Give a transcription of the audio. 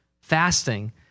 fasting